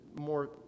more